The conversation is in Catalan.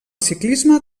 ciclisme